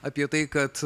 apie tai kad